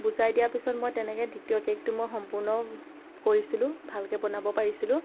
বুজাই দিয়াৰ পিছত মই তেনেকৈ দ্বিতীয় কেকটো মই সম্পূৰ্ণ কৰিছিলোঁ ভালকৈ বনাব পাৰিছিলোঁ